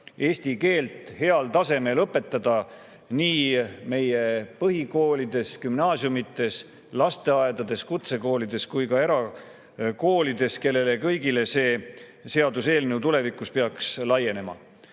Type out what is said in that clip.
eesti keelt heal tasemel õpetada nii meie põhikoolides, gümnaasiumides, lasteaedades, kutsekoolides kui ka erakoolides, kellele kõigile see seaduseelnõu tulevikus peaks laienema. Väga